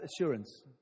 assurance